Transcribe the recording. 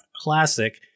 classic